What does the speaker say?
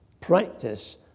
Practice